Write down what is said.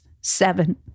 seven